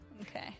Okay